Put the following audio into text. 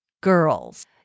girls